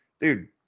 dude